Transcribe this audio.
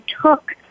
took